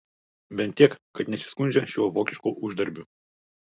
bent tiek kad nesiskundžia šiuo vokišku uždarbiu